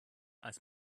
als